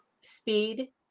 speed